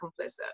complicit